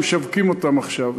שמשווקים אותן עכשיו,